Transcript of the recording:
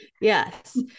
Yes